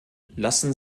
lassen